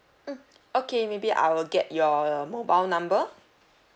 mm okay maybe I will get your mobile number